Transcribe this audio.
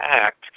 act